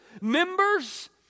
members